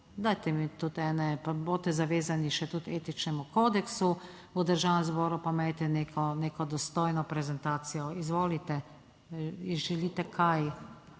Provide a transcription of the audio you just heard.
dajte mi tudi ene, pa boste zavezani še tudi etičnemu kodeksu v Državnem zboru pa imejte neko, neko dostojno prezentacijo. Izvolite. Želite kaj,